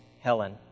Helen